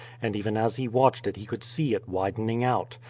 and even as he watched it he could see it widening out.